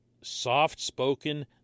soft-spoken